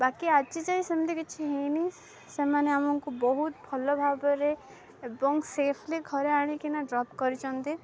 ବାକି ଆଜି ଯାଏଁ ସେମିତି କିଛି ହେଇନି ସେମାନେ ଆମକୁ ବହୁତ ଭଲ ଭାବରେ ଏବଂ ସେଫ୍ଲି ଘରେ ଆଣିକିନା ଡ୍ରପ୍ କରିଛନ୍ତି